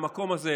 במקום הזה,